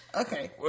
Okay